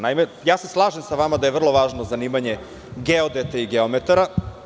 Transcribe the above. Naime, slažem se sa vama da je vrlo važno zanimanje geodeta i geometara.